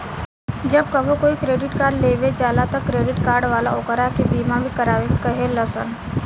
जब कबो कोई क्रेडिट कार्ड लेवे जाला त क्रेडिट कार्ड वाला ओकरा के बीमा भी करावे के कहे लसन